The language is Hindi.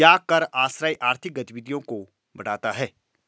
क्या कर आश्रय आर्थिक गतिविधियों को बढ़ाता है?